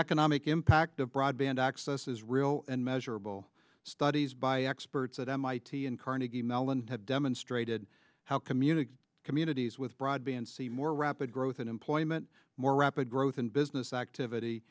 economic impact of broadband access is real and measurable studies by experts at mit and carnegie mellon have demonstrated how community communities with broadband see more rapid growth in employment more rapid growth in business activity